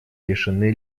решены